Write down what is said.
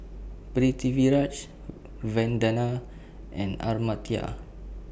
Vandana and Amartya